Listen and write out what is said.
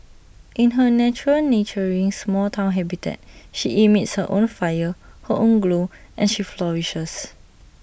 in her natural nurturing small Town habitat she emits her own fire her own glow and she flourishes